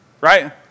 right